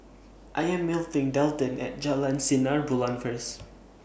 I Am meeting Delton At Jalan Sinar Bulan First